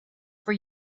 for